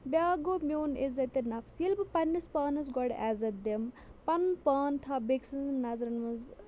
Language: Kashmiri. بیٛاکھ گوٚو میون عزتِ نفس ییٚلہِ بہٕ پَننِس پانَس گۄڈٕ عزت دِم پَنُن پان تھاو بیٚکہِ سٕنٛدن نَظرَن منٛز